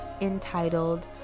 entitled